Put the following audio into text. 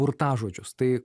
burtažodžius tai